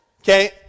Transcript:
okay